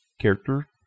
character